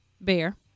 bear